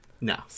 No